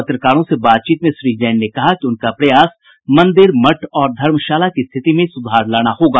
पत्रकारों से बातचीत में श्री जैन ने कहा कि उनका प्रयास मंदिर मठ और धर्मशाला की स्थिति में सुधार लाना होगा